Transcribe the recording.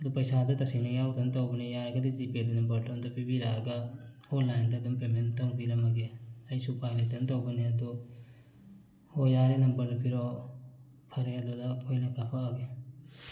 ꯑꯗꯨ ꯄꯩꯁꯥꯗꯣ ꯇꯁꯦꯡꯅ ꯌꯥꯎꯗ ꯇꯧꯕꯅꯦ ꯌꯥꯔꯒꯗꯤ ꯖꯤꯄꯦꯒꯤ ꯅꯝꯕꯔꯗꯨ ꯑꯝꯇ ꯄꯤꯕꯤꯔꯛꯑꯒ ꯑꯣꯟꯂꯥꯏꯟꯗ ꯑꯗꯨꯝ ꯄꯦꯃꯦꯟ ꯇꯧꯕꯤꯔꯝꯃꯒꯦ ꯑꯩꯁꯨ ꯎꯄꯥꯏ ꯂꯩꯇ ꯇꯧꯕꯅꯦ ꯑꯗꯨ ꯍꯣ ꯌꯥꯔꯦ ꯅꯝꯕꯔꯗꯨ ꯄꯤꯔꯛꯑꯣ ꯐꯔꯦ ꯑꯗꯨꯗ ꯑꯗꯨ ꯑꯣꯏꯅ ꯀꯥꯞꯄꯛꯑꯒꯦ